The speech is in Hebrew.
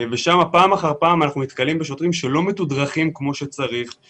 ושם פעם אחר פעם אנחנו נתקלים בשוטרים שלא מתודרכים כפי שצריך,